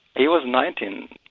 he was nineteen,